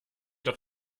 auch